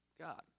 God